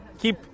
keep